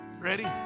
ready